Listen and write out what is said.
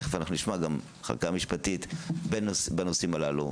תכף נשמע במחלקה המשפטית את הנושאים הללו.